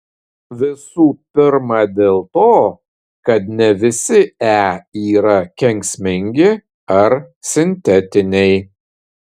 visų pirma dėl to kad ne visi e yra kenksmingi ar sintetiniai